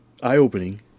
eye-opening